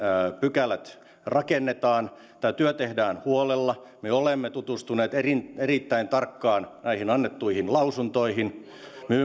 pykälät rakennetaan tämä työ tehdään huolella me olemme tutustuneet erittäin tarkkaan näihin annettuihin lausuntoihin